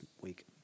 week